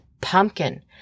pumpkin